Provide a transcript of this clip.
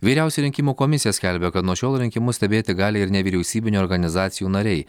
vyriausia rinkimų komisija skelbia kad nuo šiol rinkimus stebėti gali ir nevyriausybinių organizacijų nariai